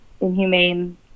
inhumane